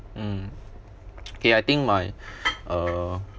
mm okay I think my uh